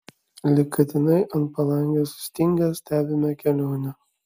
lyg katinai ant palangės sustingę stebime kelionę